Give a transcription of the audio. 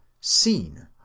seen